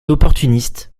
opportuniste